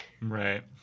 Right